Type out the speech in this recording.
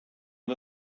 the